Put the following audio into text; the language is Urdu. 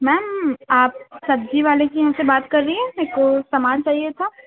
میم آپ سبزی والے کے یہاں سے بات کر رہی ہیں میرے کو سامان چاہیے تھا